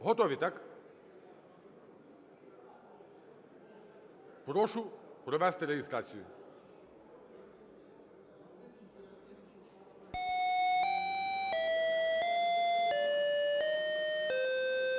Готові, так? Прошу провести реєстрацію.